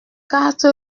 quatre